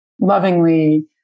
lovingly